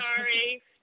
sorry